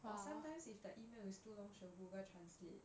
or sometimes if the email is too long she will google translate